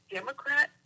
Democrat